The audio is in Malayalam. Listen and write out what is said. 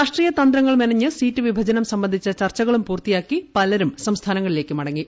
രാഷ്ട്രീയ തന്ത്രങ്ങൾ മെനഞ്ഞ് സീറ്റ് വിഭജനം സംബന്ധിച്ചു ചർച്ചകളും പൂർത്തിയാക്കി പലരും സംസ്ഥാനങ്ങളിലേക്ക് മടങ്ങി